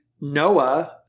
Noah